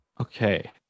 Okay